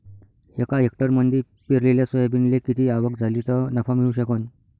एका हेक्टरमंदी पेरलेल्या सोयाबीनले किती आवक झाली तं नफा मिळू शकन?